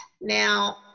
Now